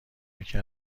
یکی